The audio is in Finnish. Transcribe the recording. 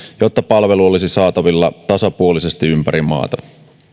jotta palvelu olisi saatavilla tasapuolisesti ympäri maata